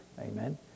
Amen